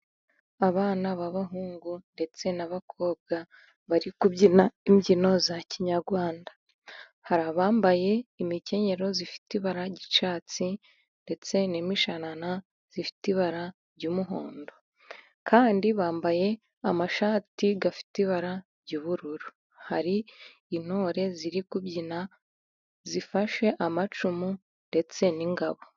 Abana b'abahungu ndetse n'abakobwa bari kubyina imbyino za kinyarwanda. Hari abambaye imikenyero ifite ibara ry'icyatsi, ndetse n'imishanana ifite ibara ry'umuhondo. Kandi bambaye amashati afite ibara ry'ubururu. Hari intore ziri kubyina zifashe amacumu ndetse n'ingabo.